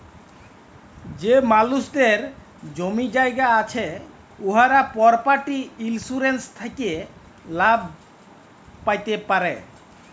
যে মালুসদের জমি জায়গা আছে উয়ারা পরপার্টি ইলসুরেলস থ্যাকে লাভ প্যাতে পারে